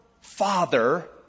Father